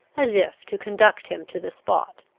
as if to conduct him to the spot.